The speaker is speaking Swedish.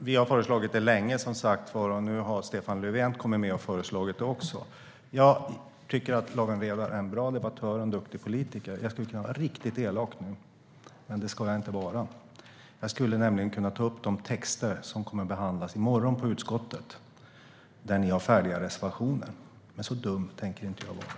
Herr talman! Vi har som sagt föreslagit detta länge. Nu har Stefan Löfven kommit med och föreslagit det också. Jag tycker att Lawen Redar är en bra debattör och en duktig politiker. Jag skulle kunna vara riktigt elak nu, men det ska jag inte vara. Jag skulle nämligen kunna ta upp de texter som kommer att behandlas i morgon i utskottet. Där har ni färdiga reservationer. Men så dum tänker jag inte vara.